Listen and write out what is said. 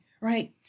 right